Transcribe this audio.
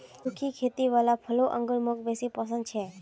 सुखी खेती वाला फलों अंगूर मौक बेसी पसन्द छे